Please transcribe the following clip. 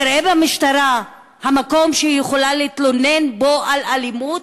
תראה במשטרה המקום שהיא יכולה להתלונן בו על אלימות?